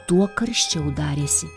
tuo karščiau darėsi